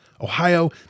Ohio